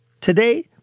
Today